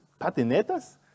patinetas